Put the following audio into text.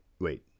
wait